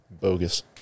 Bogus